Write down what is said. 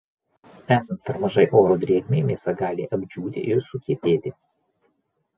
esant per mažai oro drėgmei mėsa gali apdžiūti ir sukietėti